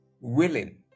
Willing